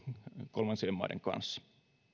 kolmansien maiden kanssa